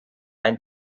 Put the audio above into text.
ein